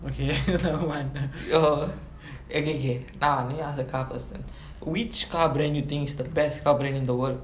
okay your okay K let me ask a car person which car brand you think is the best car brand in the world